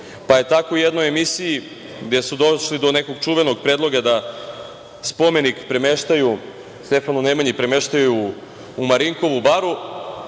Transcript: reda. Tako u jednoj emisiji, gde su došli do nekog čuvenog predloga da spomenik Stefanu Nemanji premeštaju u Marinkovu baru,